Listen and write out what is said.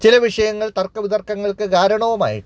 ചില വിഷയങ്ങൾ തർക്കവിതർക്കങ്ങൾക്കു കാരണവുമായിട്ടുണ്ട്